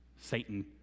Satan